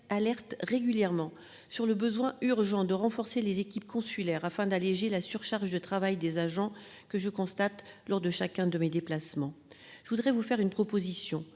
alertent régulièrement sur le besoin urgent de renforcer les équipes consulaires afin d'alléger la surcharge de travail des agents que je constate lors de chacun de mes déplacements, je voudrais vous faire une proposition